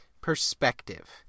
perspective